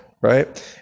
right